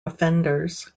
offenders